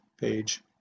page